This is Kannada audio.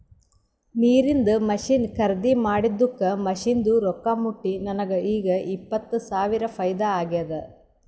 ನೀರಿಂದ್ ಮಷಿನ್ ಖರ್ದಿ ಮಾಡಿದ್ದುಕ್ ಮಷಿನ್ದು ರೊಕ್ಕಾ ಮುಟ್ಟಿ ನನಗ ಈಗ್ ಇಪ್ಪತ್ ಸಾವಿರ ಫೈದಾ ಆಗ್ಯಾದ್